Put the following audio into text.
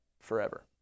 forever